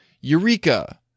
Eureka